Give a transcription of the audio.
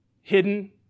Hidden